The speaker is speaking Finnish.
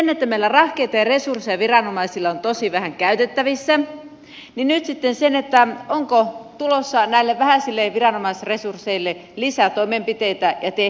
kun meillä rahkeita ja resursseja viranomaisilla on tosi vähän käytettävissä niin onko nyt tulossa näille vähäisille viranomaisresursseille lisää toimenpiteitä ja tehtäviä